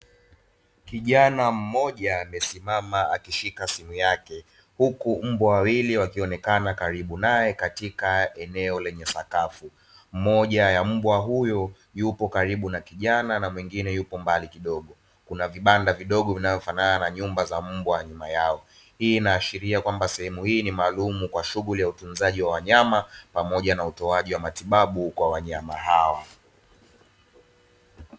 Kijana mmoja amesisimama akishika simu yake, huku mbwa wawili wakionekana karibu naye katika eneo lenye sakafu, moja ya mbwa huyo yupo karibu na kijana na mwingine yupo mbali kidogo; kuna vibanda vidogo vinavyofanana na nyumba za mbwa nyuma yao, hii inaashiria kwamba sehemu hii ni maalumu kwa ajili ya utunzaji wa wanyama pamoja na utoaje wa matibabu kwa wanyama hao.